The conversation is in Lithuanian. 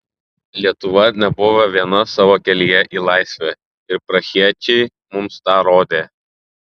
lietuva nebuvo viena savo kelyje į laisvę ir prahiečiai mums tą rodė